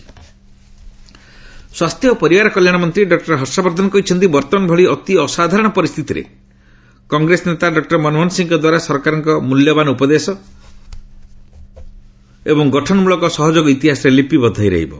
ହର୍ଷବର୍ଦ୍ଧନ ସ୍ୱାସ୍ଥ୍ୟ ଓ ପରିବାର କଲ୍ୟାଣ ମନ୍ତ୍ରୀ ଡକୁର ହର୍ଷବର୍ଦ୍ଧନ କହିଛନ୍ତି ବର୍ତ୍ତମାନ ଭଳି ଅତି ଅସାଧାରଣ ପରିସ୍ଥିତିରେ କଂଗ୍ରେସ ନେତା ଡକୁର ମନମୋହନ ସିଂହଙ୍କ ଦ୍ୱାରା ସରକାରଙ୍କୁ ମୂଲ୍ୟବାନ ଉପଦେଶ ଏବଂ ଗଠନ ମୂଳକ ସହଯୋଗ ଇତିହାସରେ ଲିପିବଦ୍ଧ ହୋଇ ରହିବ